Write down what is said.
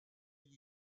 gli